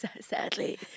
sadly